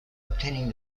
obtaining